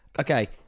Okay